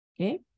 Okay